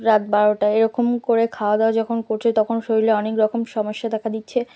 রাত বারোটায় এরকম করে খাওয়া দাওয়া যখন করছে তখন শরীরে অনেক রকম সমস্যা দেখা দিচ্ছে